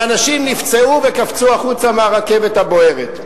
ואנשים נפצעו וקפצו החוצה מהרכבת הבוערת.